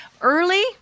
early